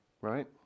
right